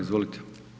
Izvolite.